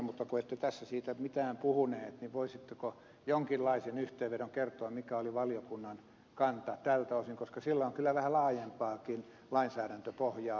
mutta kun ette tässä siitä mitään puhunut niin voisitteko jonkinlaisen yhteenvedon kertoa mikä oli valiokunnan kanta tältä osin koska sillä on kyllä vähän laajempaakin lainsäädäntöpohjaa